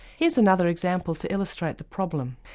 here's another example to illustrate the problem.